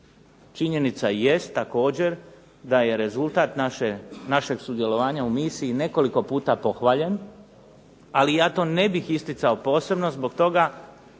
Činjenica jest također da je rezultat našeg sudjelovanja u misiji nekoliko puta pohvaljen, ali ja to ne bih isticao posebno zbog toga